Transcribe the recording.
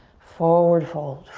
forward fold.